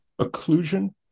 occlusion